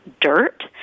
dirt